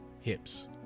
hips